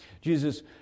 Jesus